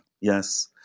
Yes